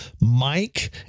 Mike